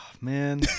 Man